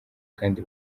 kandi